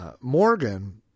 Morgan